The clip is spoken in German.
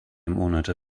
monate